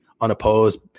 unopposed